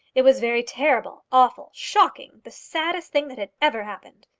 it was very terrible, awful, shocking the saddest thing that had ever happened!